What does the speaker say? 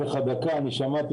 שלהם.